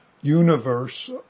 universe